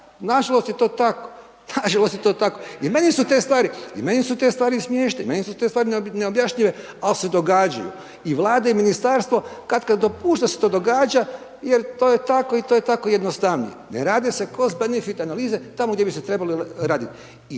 meni su te stvari i meni su te stvari smiješne, i meni su te stvari neobjašnjive ali se događaju. I Vlada i ministarstvo katkad dopušta da se to događa jer to je tako i to je tako jednostavnije. Ne rade se cost benefit analize tamo gdje bi se trebale raditi.